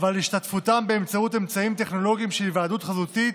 ועל השתתפותם באמצעות אמצעים טכנולוגיים של היוועדות חזותית,